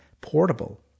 portable